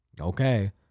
Okay